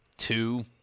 two